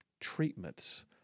treatments